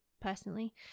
personally